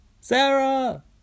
Sarah